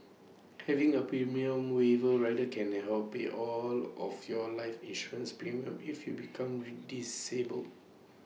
having A premium waiver rider can they help pay all of your life insurance premiums if you become disabled